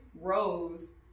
rose